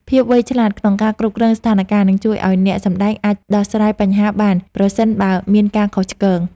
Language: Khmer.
ភាពវៃឆ្លាតក្នុងការគ្រប់គ្រងស្ថានការណ៍នឹងជួយឱ្យអ្នកសម្តែងអាចដោះស្រាយបញ្ហាបានប្រសិនបើមានការខុសឆ្គង។